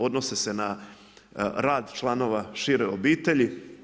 Odnose se na rad članova šire obitelji.